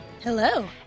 Hello